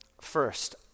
first